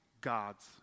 God's